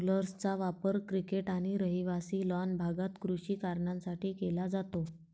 रोलर्सचा वापर क्रिकेट आणि रहिवासी लॉन भागात कृषी कारणांसाठी केला जातो